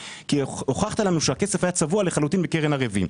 הוכחת לנו שהכסף היה צבוע לחלוטין בקרן ערבים.